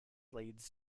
leads